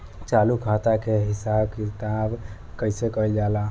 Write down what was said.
चालू खाता के हिसाब किताब कइसे कइल जाला?